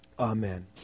Amen